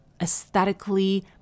aesthetically